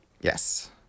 Yes